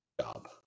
Job